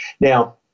Now